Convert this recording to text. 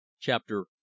Chapter